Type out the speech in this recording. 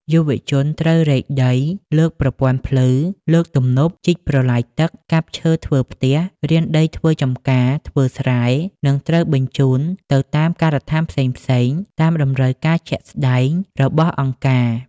យុវជនត្រូវរែកដី លើកប្រព័ន្ធភ្លឺ លើកទំនប់ ជីកប្រឡាយទឹក កាប់ឈើធ្វើផ្ទះ រានដីធ្វើចម្ការ ធ្វើស្រែ និងត្រូវបញ្ជូនទៅតាមការដ្ឋានផ្សេងៗតាមតម្រូវការដាក់ស្ដែងរបស់អង្គការ។